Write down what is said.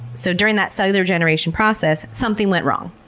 so, during that cellular generation process, something went wrong.